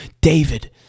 David